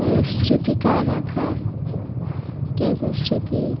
স্মৃতিকার রাখার কেউ কেউ স্মৃতি